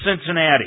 Cincinnati